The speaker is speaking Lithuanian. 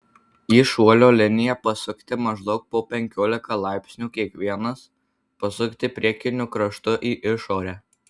į šuolio liniją pasukti maždaug po penkiolika laipsnių kiekvienas pasukti priekiniu kraštu į išorę